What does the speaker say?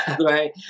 right